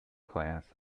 class